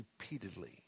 repeatedly